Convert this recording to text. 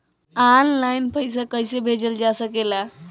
आन line पईसा कईसे भेजल जा सेकला?